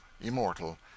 immortal